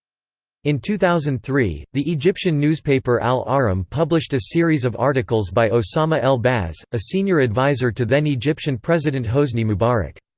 in two thousand and three, the egyptian newspaper al-ahram published a series of articles by osama el-baz, a senior advisor to then egyptian president hosni mubarak.